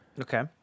Okay